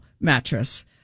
mattress